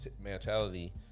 mentality